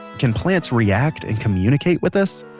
can plants react and communicate with us?